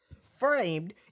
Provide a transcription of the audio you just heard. Framed